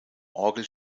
orgel